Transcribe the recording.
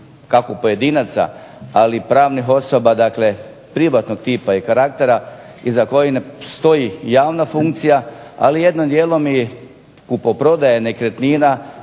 kako pojedinaca, ali pravnih osoba, dakle privatnog tipa i karaktera iza koji ne stoji javna funkcija, ali jednim dijelom i kupoprodaja nekretnina